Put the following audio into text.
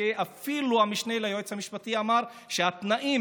כשאפילו המשנה ליועץ המשפטי אמר שהתנאים